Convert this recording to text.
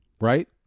Right